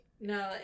No